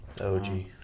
OG